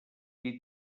qui